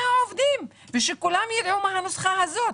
עובדים ושכולם יידעו מה הנוסחה הזאת?